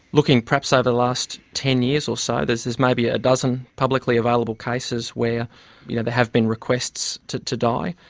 looking perhaps over ah the last ten years or so, there's there's maybe a dozen publicly available cases where, you know, there have been requests to to die,